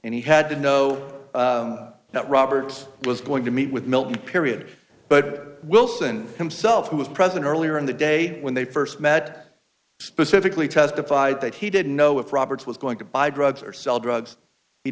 and he had to know that robert was going to meet with period but wilson himself who was present earlier in the day when they st met specifically testified that he didn't know if roberts was going to buy drugs or sell drugs he